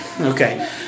Okay